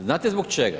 Znate zbog čega?